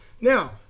now